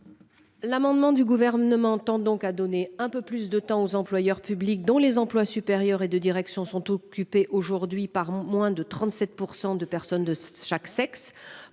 L'amendement du gouvernement tente donc à donner un peu plus de temps aux employeurs publics dont les emplois supérieurs et de direction sont occupés aujourd'hui par moins de 37% de personnes de chaque sexe